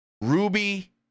Ruby